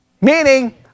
Meaning